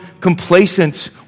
complacent